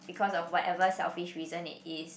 because of whatever selfish reason it is